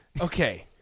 okay